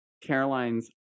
Caroline's